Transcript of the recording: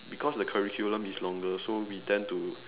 because the curriculum is longer so we tend to